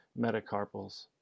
metacarpals